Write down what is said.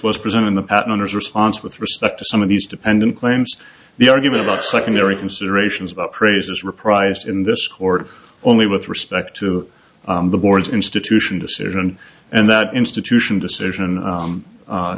was present in the patent his response with respect to some of these dependent claims the argument about secondary considerations about praises reprised in this court only with respect to the board's institution decision and that institution decision